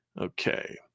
Okay